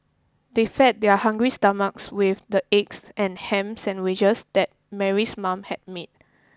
they fed their hungry stomachs with the eggs and ham sandwiches that Mary's mother had made